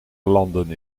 landen